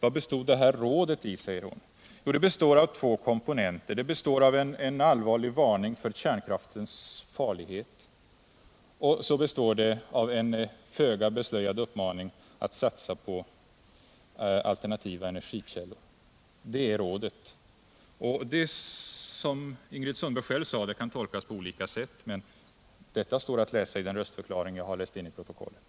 Jo, det består av två komponenter. Det är en allvarlig varning för kärnkraftens farlighet och en föga beslöjad uppmaning att satsa på alternativa energikällor. Det som Ingrid Sundberg själv sade kan tolkas på olika sätt, och detta står att läsa i den röstförklaring jag läst in till protokollet.